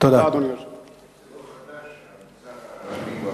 זה לא חדש שהמגזר הערבי הוא עבריין.